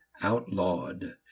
outlawed